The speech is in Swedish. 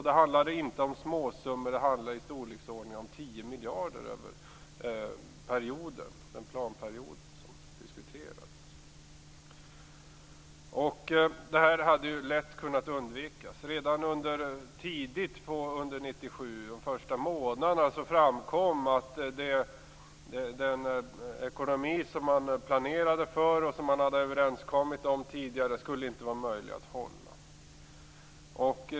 Det handlade inte om småsummor utan om i storleksordningen 10 miljarder under den planperiod som diskuterades. Detta hade lätt kunnat undvikas. Redan tidigt under de första månaderna av 1997 framkom att den ekonomi som man planerade för och som man hade överenskommit om tidigare inte skulle vara möjlig att hålla.